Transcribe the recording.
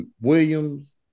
Williams